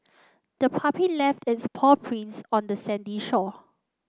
the puppy left its paw prints on the sandy shore